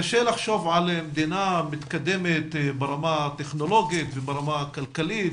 קשה לחשוב על מדינה מתקדמת ברמה הטכנולוגית וברמה הכלכלית,